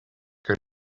que